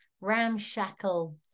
ramshackle